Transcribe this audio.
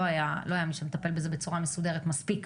לא היה מי שיטפל בזה בצורה מסודרת מספיק.